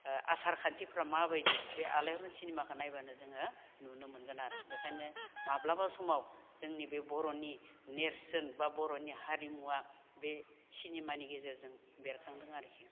आसार खान्थिफोरा माबायदि बे आलायारन सिनेमाखौ नायबानो जोङो नुनो मोनगोन आरो बेखायनो माब्लाबा समाव जोंनि बे बर'नि नेरसोन बा बर'नि हारिमुआ बे सिनेमानि गेजेरजों बेरखांदों आरोकि